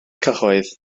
cyhoedd